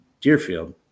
Deerfield